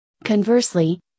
conversely